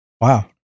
Wow